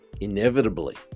inevitably